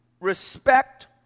respect